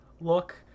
look